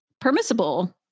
permissible